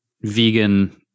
vegan